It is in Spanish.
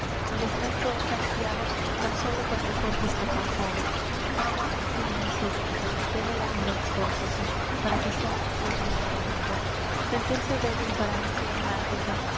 el descanso es ansiado tan sólo cuando el cuerpo está cansado agua ansía el sediento tener hambre es forzoso para que sea ansiado el alimento sentirse débil para ansiar la ayuda